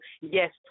yes